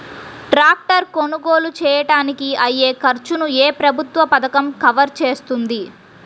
Tractor కొనుగోలు చేయడానికి అయ్యే ఖర్చును ఏ ప్రభుత్వ పథకం కవర్ చేస్తుంది?